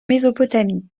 mésopotamie